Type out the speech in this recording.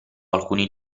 alcuni